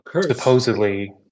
supposedly